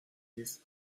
dix